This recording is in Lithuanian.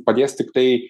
padės tiktai